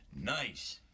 Nice